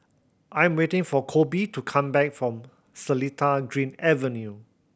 I'm waiting for Kolby to come back from Seletar Dream Avenue